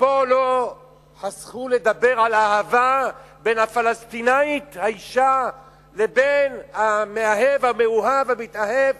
ופה לא חסכו לדבר על האהבה בין האשה הפלסטינית לבין המאהב המאוהב המתאהב